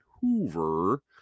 Hoover